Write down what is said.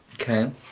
Okay